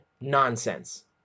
nonsense